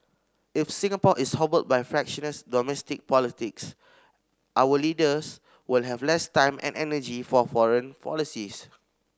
if Singapore is hobbled by fractious domestic politics our leaders will have less time and energy for foreign policies